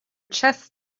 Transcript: chess